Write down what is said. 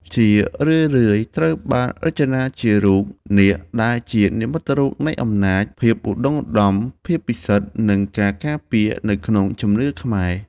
ជារឿយៗត្រូវបានរចនាជារូប នាគ ដែលជានិមិត្តរូបនៃ អំណាច ភាពឧត្តុង្គឧត្តម ភាពពិសិដ្ឋ និងការការពារ នៅក្នុងជំនឿខ្មែរ។